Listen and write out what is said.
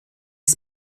ist